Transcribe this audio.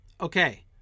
Okay